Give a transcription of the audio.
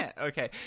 Okay